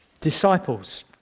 disciples